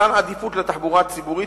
מתן עדיפות לתחבורה הציבורית,